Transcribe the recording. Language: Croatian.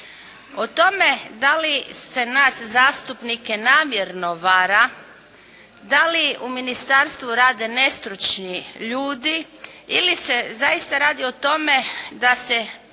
O tome da li se nas zastupnike namjerno vara, da li u ministarstvu rede nestručni ljudi ili se zaista radi o tome da se